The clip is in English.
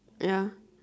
ya